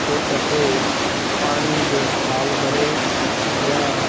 चोट ते पाणीअ जो थालु भरे या